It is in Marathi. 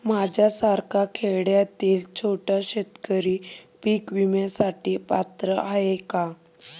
माझ्यासारखा खेड्यातील छोटा शेतकरी पीक विम्यासाठी पात्र आहे का?